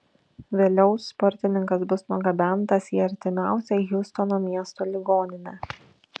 vėliau sportininkas bus nugabentas į artimiausią hjustono miesto ligoninę